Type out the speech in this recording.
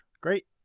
Great